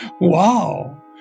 wow